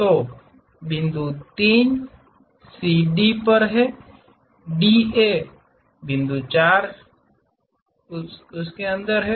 तो बिंदु 3 CD पर है DA से बिंदु 4 है